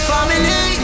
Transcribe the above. Family